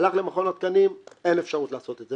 הלך למכון התקנים אין אפשרות לעשות את זה,